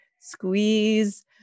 Squeeze